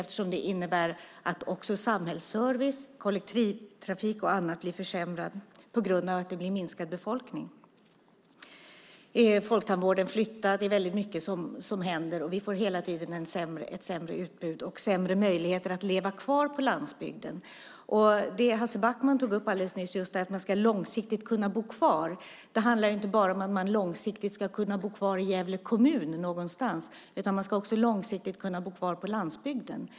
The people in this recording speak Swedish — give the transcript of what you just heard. Det innebär att också samhällsservice, kollektivtrafik och annat blir försämrat på grund av att det blir minskad befolkning. Folktandvården flyttar, och det är mycket som händer. Vi får hela tiden ett sämre utbud och sämre möjligheter att leva kvar på landsbygden. Det Hans Backman tog upp nyss, att man långsiktigt ska kunna bo kvar, handlar inte bara om att man långsiktigt ska kunna bo kvar i Gävle kommun någonstans, utan man ska också långsiktigt kunna bo kvar på landsbygden.